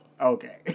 Okay